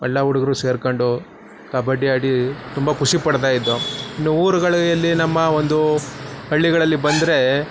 ಎಲ್ಲ ಹುಡುಗರು ಸೇರ್ಕೊಂಡು ಕಬಡ್ಡಿ ಆಡಿ ತುಂಬ ಖುಷಿಪಡ್ತಾ ಇದ್ದೋ ಇನ್ನೂ ಊರುಗಳು ಎಲ್ಲಿ ನಮ್ಮ ಒಂದು ಹಳ್ಳಿಗಳಲ್ಲಿ ಬಂದರೆ